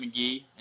McGee